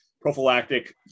prophylactic